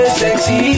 sexy